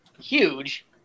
huge